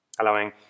allowing